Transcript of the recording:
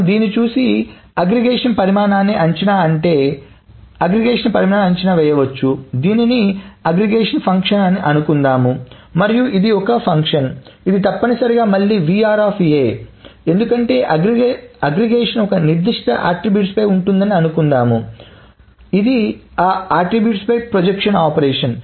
మనం దీన్ని చూసి అగ్రిగేషన్ పరిమాణాన్ని అంచనా అంటే అగ్రిగేషన్ పరిమాణాన్ని అంచనా వెయ్యవచ్చు ఇది అగ్రిగేషన్ ఫంక్షన్ అని అనుకుందాం మరియు ఇది ఒక ఫంక్షన్ ఇది తప్పనిసరిగా మళ్ళీ ఎందుకంటే అగ్రిగేషన్ ఒక నిర్దిష్ట అట్ట్రిబ్యూట్స్ పై ఉంటుందని అనుకుందాము కాబట్టి దీని అర్థం ఇది ఆ అట్ట్రిబ్యూట్స్ పై ప్రొజెక్షన్